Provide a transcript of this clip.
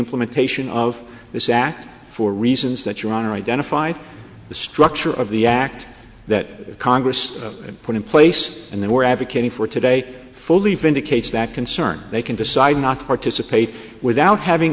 implementation of this act for reasons that your honor identified the structure of the act that congress and put in place and they were advocating for today fully vindicates that concern they can decide not to participate without having